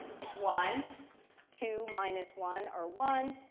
one two minus one or one.